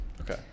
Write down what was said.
Okay